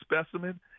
specimen